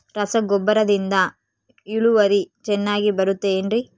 ರಸಗೊಬ್ಬರದಿಂದ ಇಳುವರಿ ಚೆನ್ನಾಗಿ ಬರುತ್ತೆ ಏನ್ರಿ?